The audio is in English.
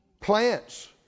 Plants